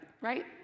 Right